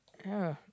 ya